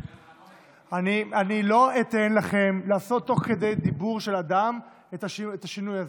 אני לא אתן לכם לעשות תוך כדי דיבור של אדם את השינוי הזה.